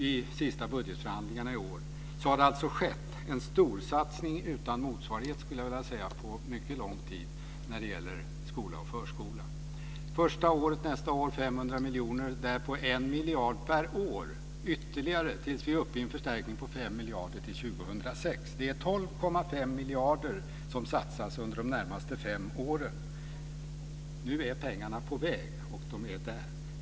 I sista budgetförhandlingarna i år har det skett en storsatsning utan motsvarighet på mycket lång tid när det gäller skola och förskola. Första året, nästa år, blir det 500 miljoner kronor. Därpå blir det 1 miljard kronor per år ytterligare till dess vi är uppe i en förstärkning på 5 miljarder kronor till 2006. Det är 12,5 miljarder som satsas under de närmaste fem åren. Nu är pengarna på väg, och de är där.